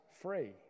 free